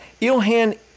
Ilhan